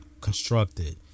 constructed